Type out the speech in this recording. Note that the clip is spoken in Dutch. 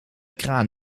kraan